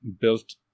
built